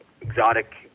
exotic